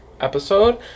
episode